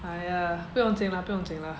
!aiya! 不用紧 lah 不用紧 lah